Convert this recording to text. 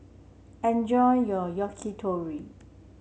enjoy your Yakitori